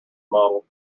model